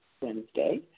Wednesday